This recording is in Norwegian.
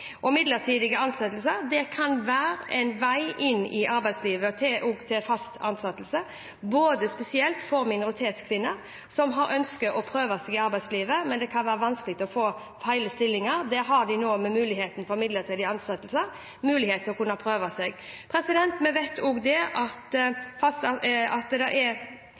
Midlertidige ansettelser kan være en vei inn i arbeidslivet til fast ansettelse, spesielt for minoritetskvinner som ønsker å prøve seg i arbeidslivet, men det kan være vanskelig å få hele stillinger. Der har de nå, med muligheten for midlertidig ansettelse, sjansen til å kunne prøve seg. Vi vet også at det